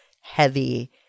heavy